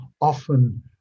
often